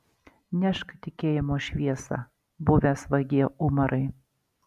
nešk tikėjimo šviesą buvęs vagie umarai